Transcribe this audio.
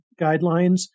guidelines